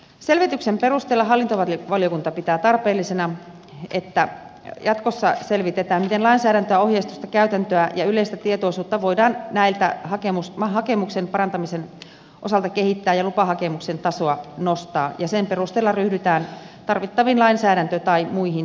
selvityksen perusteella hallintovaliokunta pitää tarpeellisena että jatkossa selvitetään miten lainsäädäntöä ohjeistusta käytäntöä ja yleistä tietoisuutta voidaan hakemuksen parantamisen osalta kehittää ja lupahakemuksen tasoa nostaa ja sen perusteella ryhdytään tarvittaviin lainsäädäntö tai muihin toimenpiteisiin